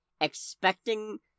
expecting